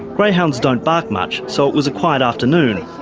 greyhounds don't bark much, so it was a quiet afternoon,